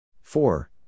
Four